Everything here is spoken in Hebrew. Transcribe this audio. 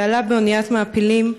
ועלה באניית מעפילים,